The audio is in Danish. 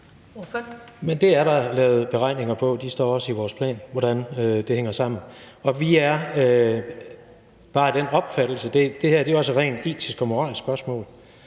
(KD): Men det er der lavet beregninger på, og det står også i vores plan, hvordan det hænger sammen. Vi er bare af den opfattelse – det her er jo altså et rent etisk og moralsk spørgsmål